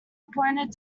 appointed